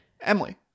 Emily